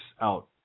out